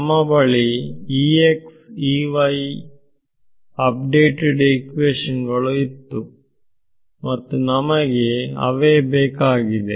ನಮ್ಮ ಬಳಿ updated equation ಗಳು ಇತ್ತು ನಮಗೆ ಅವೇ ಬೇಕಾಗಿದೆ